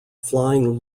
flying